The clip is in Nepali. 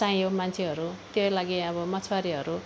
चाहियो मान्छेहरू त्यो लागि अब मछवारेहरू